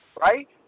Right